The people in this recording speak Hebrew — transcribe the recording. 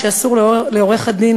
כמה הוראות שדורשות תיקון,